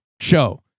show